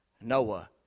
Noah